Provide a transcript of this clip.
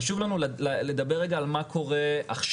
חשוב לנו לדבר רגע על מה קורה עכשיו,